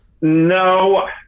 No